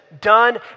done